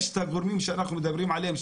יש את הגורמים שאנחנו מדברים עליהם,